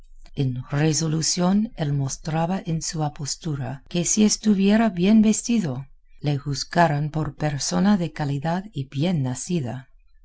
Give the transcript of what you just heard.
en resolución él mostraba en su apostura que si estuviera bien vestido le juzgaran por persona de calidad y bien nacida